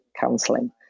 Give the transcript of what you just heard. counselling